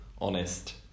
honest